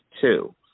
two